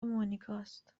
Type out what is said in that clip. مونیکاست